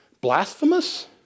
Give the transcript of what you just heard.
blasphemous